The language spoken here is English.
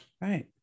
right